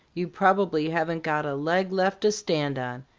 you probably haven't got a leg left to stand on.